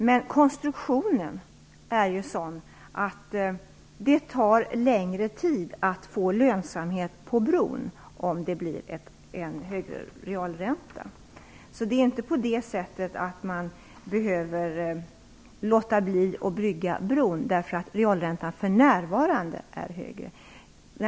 Men konstruktion är ju sådan att det tar längre tid att få bron lönsam om det blir en högre realränta. Man behöver alltså inte avstå från att bygga bron bara därför att realräntan för närvarande är högre.